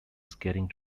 skating